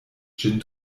ĝin